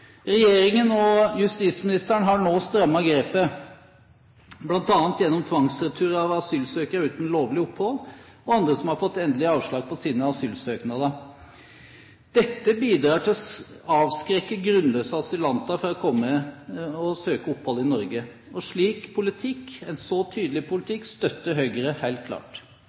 Regjeringen og justisministeren har nå strammet grepet, bl.a. ved tvangsretur av asylsøkere uten lovlig opphold og andre som har fått endelig avslag på sine asylsøknader. Dette bidrar til å avskrekke grunnløse asylanter fra å komme og søke opphold i Norge. En slik politikk – en så tydelig politikk – støtter Høyre helt klart.